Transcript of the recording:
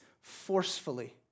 forcefully